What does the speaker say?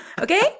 Okay